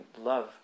love